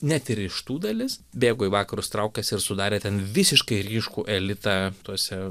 net ir iš tų dalis bėgo į vakarus traukėsi ir sudarė ten visiškai ryškų elitą tuose